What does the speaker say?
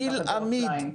אנחנו ניקח אותו על האופניים.